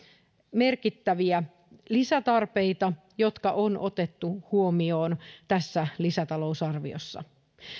merkittäviä lisätarpeita jotka on otettu huomioon tässä lisätalousarviossa